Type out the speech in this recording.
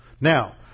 Now